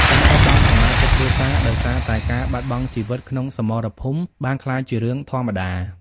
ការបាត់បង់សមាជិកគ្រួសារដោយសារតែការបាត់បង់ជីវិតក្នុងសមរភូមិបានក្លាយជារឿងធម្មតា។